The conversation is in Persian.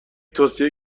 توصیه